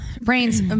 brains